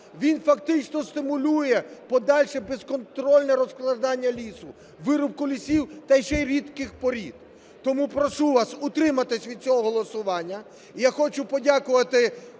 Він фактично стимулює подальше безконтрольне розкрадання лісу, вирубку лісів та ще й рідких порід. Тому прошу вас утриматись від цього голосування.